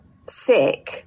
sick